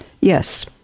Yes